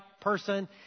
person